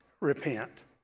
repent